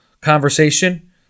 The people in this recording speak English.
conversation